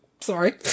Sorry